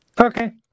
okay